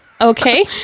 okay